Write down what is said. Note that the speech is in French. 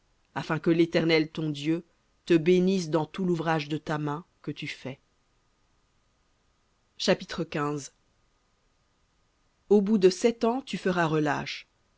afin que l'éternel ton dieu te bénisse dans tout l'ouvrage de ta main que tu fais v chapitre au bout de sept ans tu feras relâche